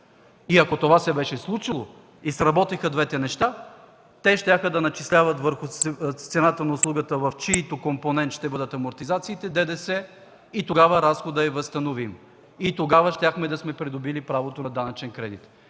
Ако това се беше случило и сработеха двете неща, те щяха да начисляват върху цената на услугата ДДС, в чийто компонент ще бъдат амортизациите и тогава разходът е възстановим. Тогава щяхме да сме придобили правото на данъчен кредит.